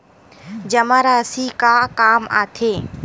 जमा राशि का काम आथे?